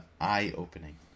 eye-opening